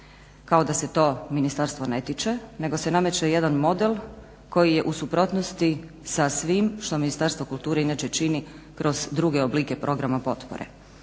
kao da se to Ministarstvo ne tiče nego se nameće jedan model koji je u suprotnosti sa svim što Ministarstvo kulture inače čini kroz druge oblike programa potpore.